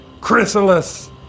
Chrysalis